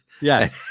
Yes